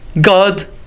God